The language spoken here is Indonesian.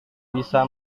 bisa